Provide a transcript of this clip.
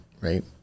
right